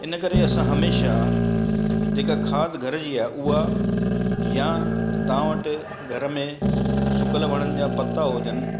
इनकरे असां हमेशह जेका खाध घर जी आहे उहा या त तव्हां वटि घर में सुकल वणनि जा पता हुजनि